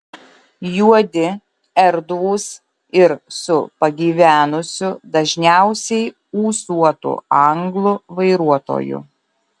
juodi erdvūs ir su pagyvenusiu dažniausiai ūsuotu anglu vairuotoju